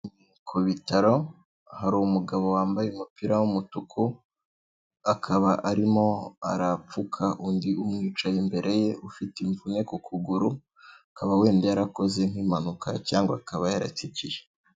Ku bitaro hari umugabo wambaye umupira w'umutuku akaba arimo arapfuka undi umwicaye imbere ye ufite imvune ku kuguru, akaba wenda yarakoze nk'impanuka cyangwa akaba yaratsikiye.